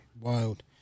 Wild